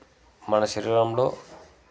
మన శరీరంలో